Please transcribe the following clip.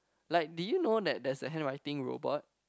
like did you know that there's a handwriting robot